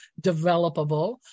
developable